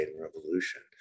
revolution